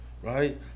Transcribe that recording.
Right